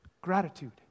Gratitude